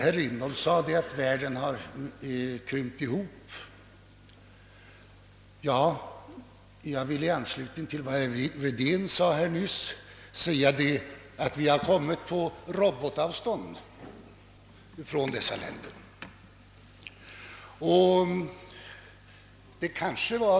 Herr Lindholm sade att världen har krympt ihop, och i anslutning till vad herr Wedén nyss yttrade vill jag påpeka att vi har kommit på robotavstånd från de underutvecklade länderna.